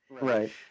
right